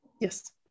Yes